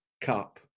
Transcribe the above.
cup